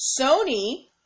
Sony